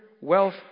wealth